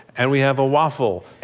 and we have a waffle